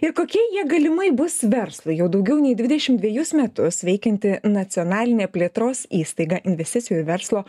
ir kokie jie galimai bus verslui jau daugiau nei dvidešim dvejus metus veikianti nacionalinė plėtros įstaiga investicijų ir verslo